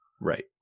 Right